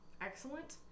excellent